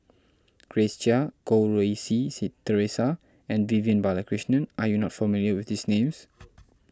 Grace Chia Goh Rui Si Si theresa and Vivian Balakrishnan are you not familiar with these names